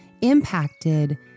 impacted